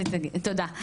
תודה,